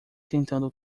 tentando